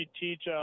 teach